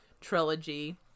trilogy